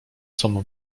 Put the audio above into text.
com